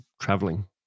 traveling